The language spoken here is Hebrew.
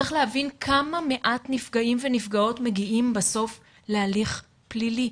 צריך להבין כמה מעט נפגעים ונפגעות מגיעים בסוף להליך פלילי,